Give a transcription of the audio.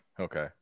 okay